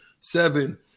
seven